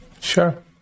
Sure